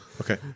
Okay